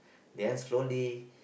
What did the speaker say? then slowly